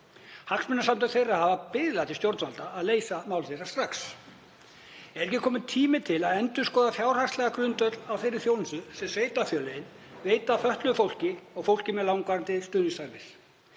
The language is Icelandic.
Hagsmunasamtök þeirra hafa biðlað til stjórnvalda að leysa mál þeirra strax. Er ekki kominn tími til að endurskoða fjárhagslegan grundvöll á þeirri þjónustu sem sveitarfélögin veita fötluðu fólki og fólki með langvarandi stuðningsþarfir?